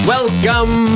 Welcome